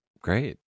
Great